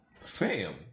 Fam